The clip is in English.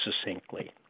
succinctly